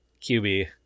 QB